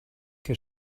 que